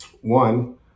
one